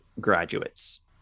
graduates